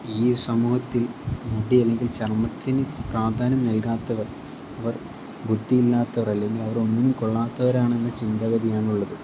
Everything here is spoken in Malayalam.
ഈ സമൂഹത്തിൽ മുടി അല്ലെങ്കിൽ ചർമത്തിന് പ്രാധാന്യം നൽകാത്തവർ അവർ ബുദ്ധിയില്ലാത്തവർ അല്ലെങ്കിൽ അവരൊന്നിനും കൊള്ളാത്തവരാണെന്ന ചിന്താഗതിയാണുള്ളത്